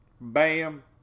bam